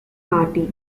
party